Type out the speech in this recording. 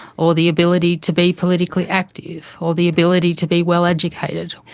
or the ability to be politically active, or the ability to be well educated.